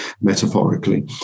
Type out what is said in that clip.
metaphorically